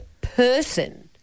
person